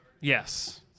Yes